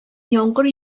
яңгыр